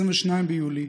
22 ביולי,